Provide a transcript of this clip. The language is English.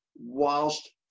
whilst